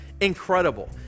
Incredible